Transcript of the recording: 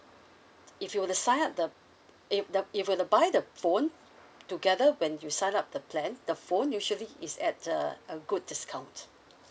t~ if you were to sign up the p~ ib the if you were to buy the phone together when you sign up the plan the phone usually is at a a good discount